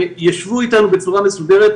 שיישבו איתנו בצורה מסודרת.